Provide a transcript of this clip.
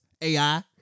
AI